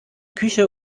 küche